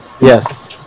Yes